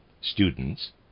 students